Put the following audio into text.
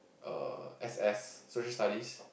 err S_S Social Studies